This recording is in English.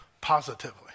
positively